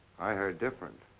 i heard different.